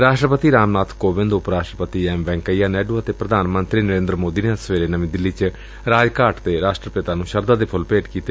ਰਾਸ਼ਟਰਪਤੀ ਰਾਮ ਨਾਥ ਕੋਵਿੰਦ ਉਪ ਰਾਸ਼ਟਰਪਤੀ ਐਮ ਵੈਂਕਈਆ ਨਾਇਡੁ ਅਤੇ ਪ੍ਧਾਨ ਮੰਤਰੀ ਨਰੇਂਦਰ ਸੋਦੀ ਨੇ ਅੱਜ ਸਵੇਰੇ ਨਵੀਂ ਦਿੱਲੀ ਚ ਰਾਜਘਾਟ ਤੇ ਰਾਸ਼ਟਰਪਿਤਾ ਨੁੰ ਸ਼ਰਧਾ ਦੇ ਫੁੱਲ ਭੇਟ ਕੀਤੇ